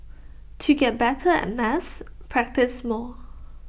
to get better at maths practise more